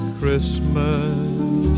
Christmas